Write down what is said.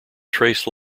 trace